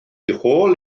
hôl